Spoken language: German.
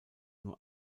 nur